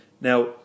Now